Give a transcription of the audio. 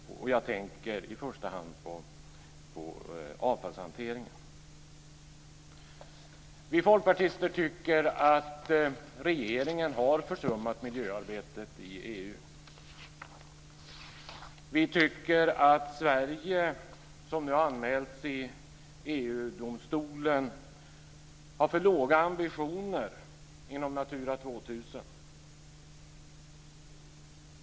Jag tänker i första hand på avfallshanteringen. Vi folkpartister tycker att regeringen har försummat miljöarbetet i EU. Vi tycker att Sverige, som nu har anmälts i EG-domstolen, har för låga ambitioner inom Natura 2000.